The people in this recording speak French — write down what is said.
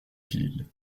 ville